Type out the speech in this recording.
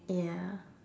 ya